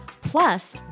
Plus